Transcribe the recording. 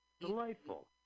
Delightful